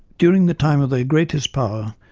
during the time of their greatest power,